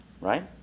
right